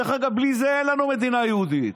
בלי זה אין לנו מדינה יהודית.